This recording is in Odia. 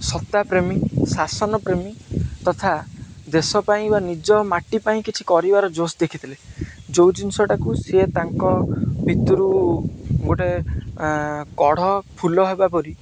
ସତ୍ତା ପ୍ରେମୀ ଶାସନ ପ୍ରେମୀ ତଥା ଦେଶ ପାଇଁ ବା ନିଜ ମାଟି ପାଇଁ କିଛି କରିବାର ଜୋଶ ଦେଖିଥିଲେ ଯେଉଁ ଜିନିଷଟାକୁ ସିଏ ତାଙ୍କ ଭିତରୁ ଗୋଟେ କଢ଼ ଫୁଲ ହେବା ପରି